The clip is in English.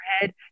head